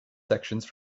sections